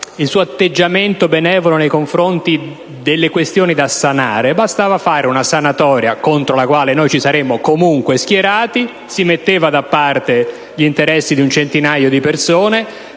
il suo atteggiamento benevolo nei confronti delle questioni da sanare, bastava fare una sanatoria (contro la quale noi ci saremmo comunque schierati), mettere da parte gli interessi di un centinaio di persone